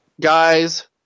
guys